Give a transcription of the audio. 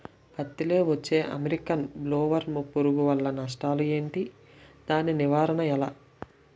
పత్తి లో వచ్చే అమెరికన్ బోల్వర్మ్ పురుగు వల్ల నష్టాలు ఏంటి? దాని నివారణ ఎలా?